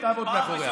תעמוד מאחורי זה.